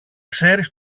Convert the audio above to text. ξέρεις